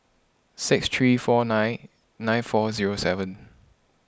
six three four nine nine four zero seven